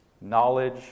knowledge